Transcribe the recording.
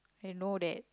I know that